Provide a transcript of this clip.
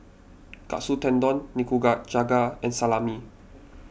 Katsu Tendon and Salami